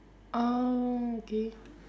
orh okay